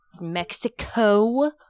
Mexico